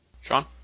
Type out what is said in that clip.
Sean